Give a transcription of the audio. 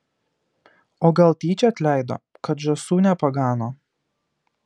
o gal tyčia atleido kad žąsų nepagano